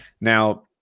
Now